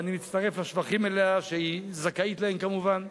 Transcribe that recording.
ואני מצטרף לשבחים לה, שהיא זכאית להם כמובן,